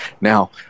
Now